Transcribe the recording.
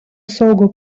saugo